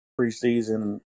preseason